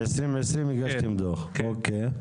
ב-2020 הגשתם דוח, אוקיי.